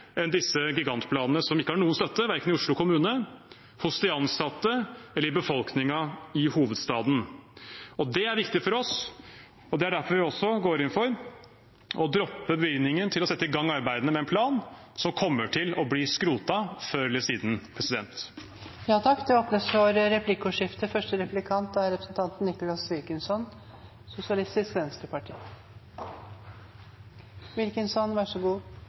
enn disse gigantplanene, som ikke har noen støtte verken i Oslo kommune, hos de ansatte eller i befolkningen i hovedstaden. Det er viktig for oss, og det er også derfor vi går inn for å droppe bevilgningene til å sette i gang arbeidene med en plan som kommer til å bli skrotet før eller siden. Det blir replikkordskifte. Det